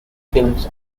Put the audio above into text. films